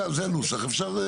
זה הנוסח כרגע.